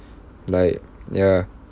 like ya